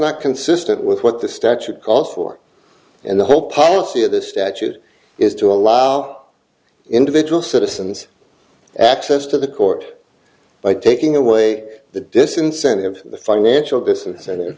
not consistent with what the statute costs for and the whole policy of this statute is to allow individual citizens access to the court by taking away the disincentive the